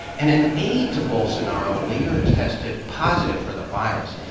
and an aide to bolsonaro later tested positive for the virus.